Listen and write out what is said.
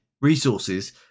resources